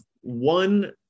one